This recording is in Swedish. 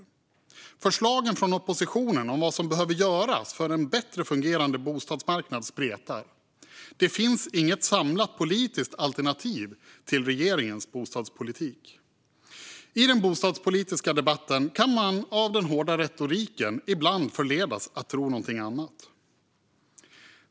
Det första är att förslagen från oppositionen om vad som behöver göras för en bättre fungerande bostadsmarknad spretar. Det finns inget samlat politisk alternativ till regeringens bostadspolitik. I den bostadspolitiska debatten kan man av den hårda retoriken ibland förledas att tro någonting annat.